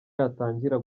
yatangira